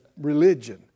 religion